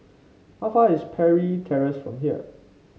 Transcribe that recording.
how far away is Parry Terrace from here